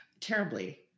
Terribly